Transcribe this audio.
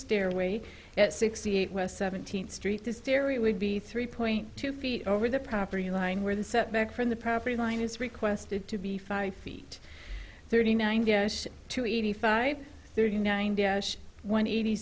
stairway at sixty eight west seventeenth street this theory would be three point two feet over the property line where the setback from the property line is requested to be five feet thirty nine goes to eighty five thirty nine one eighty